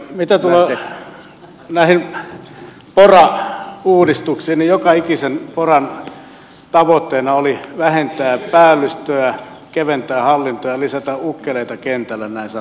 mitä tulee näihin pora uudistuksiin niin joka ikisen poran tavoitteena oli vähentää päällystöä keventää hallintoa ja lisätä ukkeleita kentälle näin sanoakseni